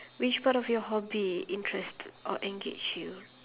which part of your hobby interest or engage you